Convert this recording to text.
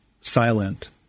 silent